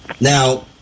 Now